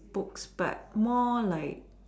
books but more like